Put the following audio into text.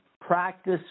practice